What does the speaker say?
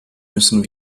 müssen